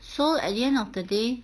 so at the end of the day